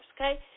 okay